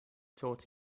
taught